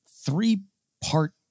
three-part